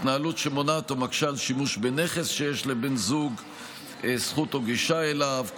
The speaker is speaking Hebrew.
התנהלות שמונעת או מקשה על שימוש בנכס שיש לבן זוג זכות או גישה אליו,